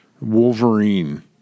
Wolverine